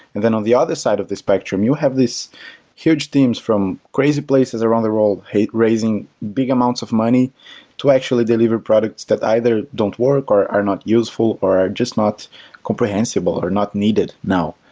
then on the other side of the spectrum, you have this huge teams from crazy places around the role, raising big amounts of money to actually deliver products that either don't work, or are not useful, or or just not comprehensible, or not needed now.